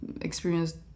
experienced